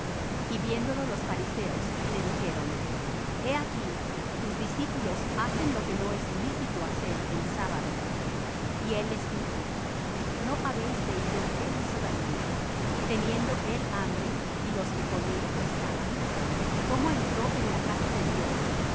y viéndolo los fariseos le dijeron he aquí tus discípulos hacen lo que no es lícito hacer es sábado y él les dijo no habéis leído qué hizo david teniendo él hambre y los que con él estaban cómo entró en la casa de dios